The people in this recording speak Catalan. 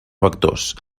vectors